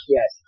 Yes